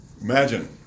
Imagine